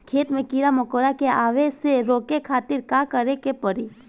खेत मे कीड़ा मकोरा के आवे से रोके खातिर का करे के पड़ी?